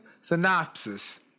synopsis